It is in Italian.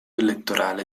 elettorale